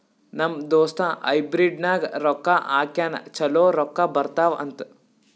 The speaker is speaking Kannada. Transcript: ನಮ್ ದೋಸ್ತ ಹೈಬ್ರಿಡ್ ನಾಗ್ ರೊಕ್ಕಾ ಹಾಕ್ಯಾನ್ ಛಲೋ ರೊಕ್ಕಾ ಬರ್ತಾವ್ ಅಂತ್